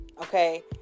okay